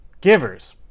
Givers